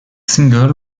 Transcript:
single